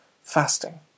fasting